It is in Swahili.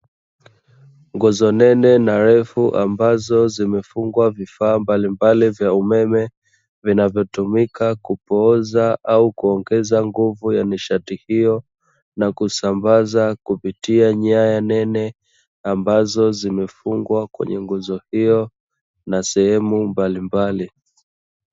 Nguzo nene na refu, ambazo zimefungwa vifaa mbalimbali vya umeme, vinavyotumika kupooza au kuongeza nguvu ya nishati hiyo, na kusambaza kupitia nyaya nene ambazo zimefungwa kwenye nguzo hiyo, na sehemu mbalimbali.